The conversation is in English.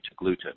gluten